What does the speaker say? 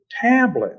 tablet